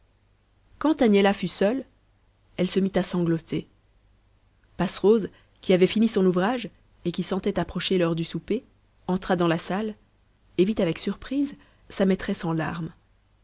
quand agnella fut seule elle se mit à sangloter passerose qui avait fini son ouvrage et qui sentait approcher l'heure du souper entra dans la salle et vit avec surprise sa maîtresse en larmes